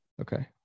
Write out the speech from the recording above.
Okay